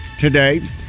today